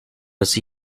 was